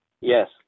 Yes